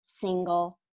single